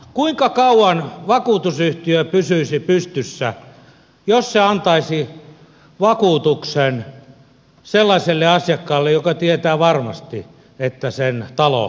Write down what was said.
kuinka kauan vakuutusyhtiö pysyisi pystyssä jos se antaisi vakuutuksen sellaiselle asiakkaalle joka tietää varmasti että sen talo tulee palamaan